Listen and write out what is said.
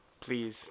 Please